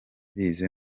bize